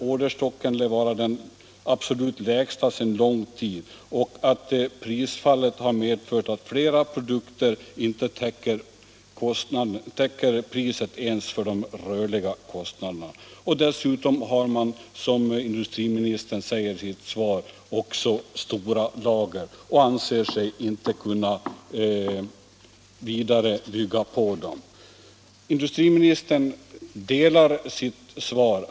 Orderstocken lär vara den absolut minsta sedan lång tid, och prisfallet har medfört att för flera produkter priset inte ens täcker de rörliga kostnaderna. Dessutom har man, som industriministern säger i sitt svar, mycket stora lager, och man anser sig inte kunna bygga ut dem vidare. Industriministern delar upp sitt svar.